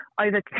over